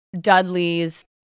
Dudley's